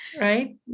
right